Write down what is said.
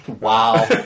Wow